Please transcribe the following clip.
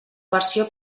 versió